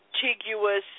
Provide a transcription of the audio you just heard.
contiguous